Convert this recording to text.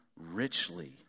richly